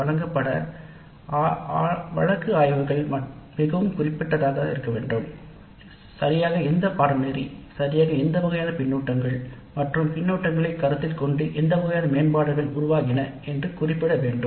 வழங்கப்பட்ட வழக்கு ஆய்வுகள் மிகவும் குறிப்பிட்டதாக இருக்க வேண்டும் சரியாக எந்த பாடநெறி சரியாக என்ன எந்த வகையான பின்னூட்டங்கள் மற்றும் எந்த வகையான மேம்பாடுகள் உருவாகின என்று குறிப்பிட வேண்டும்